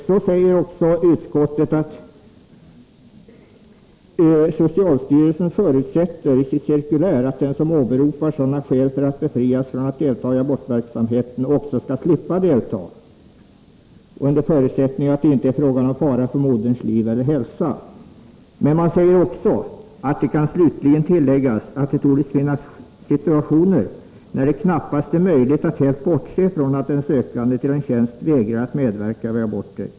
Så nämner utskottet att socialstyrelsen i sitt cirkulär förutsätter att den som åberopar sådana skäl för att befrias från att delta i abortverksamheten också skall slippa delta, under förutsättning att det inte är fråga om fara för moderns liv eller hälsa. Men utskottet säger också: ”Det kan slutligen tilläggas att det torde finnas situationer när det knappast är möjligt att helt bortse från att en sökande till en tjänst vägrar att medverka vid aborter.